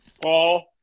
Paul